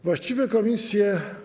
Właściwe komisje.